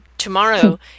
Tomorrow